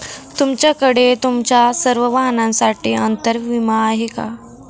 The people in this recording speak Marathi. तुमच्याकडे तुमच्या सर्व वाहनांसाठी अंतर विमा आहे का